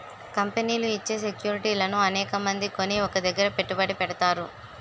కంపెనీలు ఇచ్చే సెక్యూరిటీలను అనేకమంది కొని ఒక దగ్గర పెట్టుబడి పెడతారు